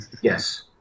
Yes